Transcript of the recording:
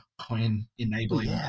coin-enabling